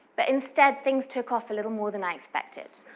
but instead, things took off a little more than i expected.